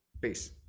Peace